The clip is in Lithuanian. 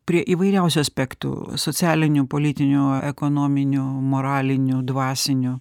prie įvairiausių aspektų socialinių politinių ekonominių moralinių dvasinių